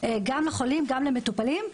גם לחולים וגם למטופלים.